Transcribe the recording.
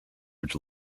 which